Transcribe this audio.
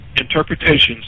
interpretations